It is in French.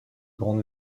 grande